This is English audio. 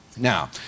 Now